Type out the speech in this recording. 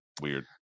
weird